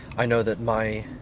i know that my.